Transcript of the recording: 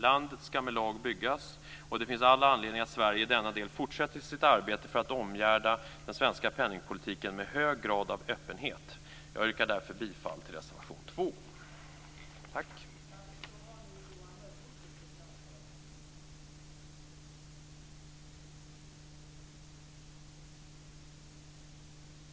Land ska med lag byggas, och det finns all anledning för Sverige att i denna del fortsätta sitt arbete för att omgärda den svenska penningpolitiken med en hög grad av öppenhet. Jag yrkar därför bifall till reservation 2. Tack!